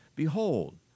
Behold